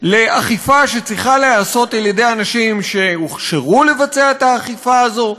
לאכיפה שצריכה להיעשות על-ידי אנשים שהוכשרו לעשות את האכיפה הזו?